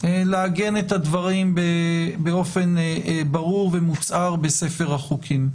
שבא לעגן את הדברים באופן ברור ומוצהר בספר החוקים.